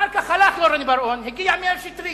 אחר כך הלך רוני בר-און, הגיע מאיר שטרית.